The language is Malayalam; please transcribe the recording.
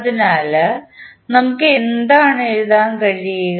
അതിനാൽ നമുക്ക് എന്താണ് എഴുതാൻ കഴിയുക